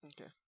Okay